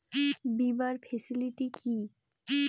বীমার ফেসিলিটি কি?